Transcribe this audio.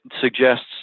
suggests